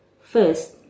First